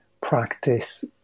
practice